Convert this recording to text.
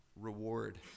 reward